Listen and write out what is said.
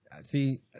See